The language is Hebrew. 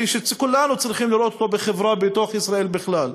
שכולנו צריכים לראות אותו בחברה בתוך ישראל בכלל,